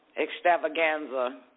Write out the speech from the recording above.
extravaganza